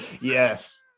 Yes